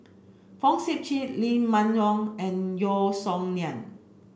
Fong Sip Chee Lee Man Yong and Yeo Song Nian